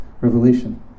Revelation